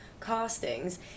castings